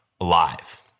alive